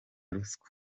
ruswa